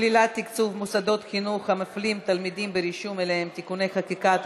שלילת תקצוב מוסדות חינוך המפלים תלמידים ברישום אליהם (תיקוני חקיקה),